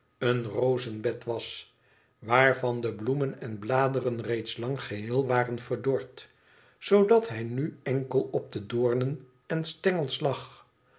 een rozenbed was waarvan de bloemen en bladeren reeds lang geheel waren verdord zoodat hij nu enkel op de doornen en